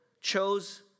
chose